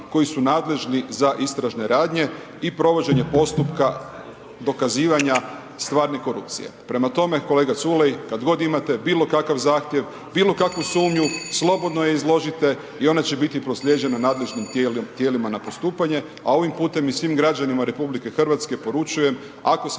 koji su nadležni za istražne radnje i provođenje postupka dokazivanja stvarne korupcije. Prema tome, kolega Culej kad god imate bilo kakav zahtjev, bilo kakvu sumnju slobodno je izložite i ona će biti proslijeđena nadležnim tijelima na postupanje, a ovim putem i svim građanima RH poručujem ako